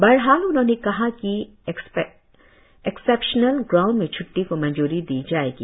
बहरहाल उन्होंने कहा की एक्सेपश्नल ग्राऊंड में छ्ड्वी को मंजूर किया जाएगा